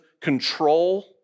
control